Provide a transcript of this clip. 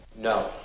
no